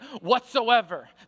whatsoever